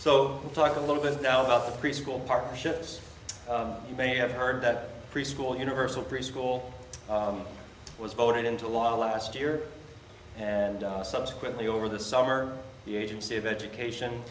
so we talk a little bit now about the preschool partnerships you may have heard that preschool universal preschool was voted into law last year and subsequently over the summer the agency of education